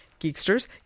Geeksters